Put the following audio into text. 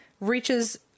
reaches